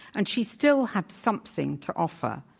and she still had something to offer.